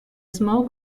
small